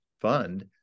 fund